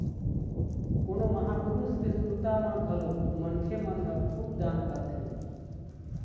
कोनो महापुरुष के सुरता म घलोक मनखे मन ह खून दान करथे